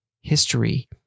history